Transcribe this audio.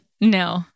No